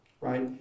right